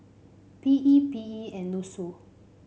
P E P E and NUSSU